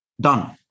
Done